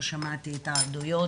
לא שמעתי את העדויות